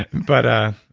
but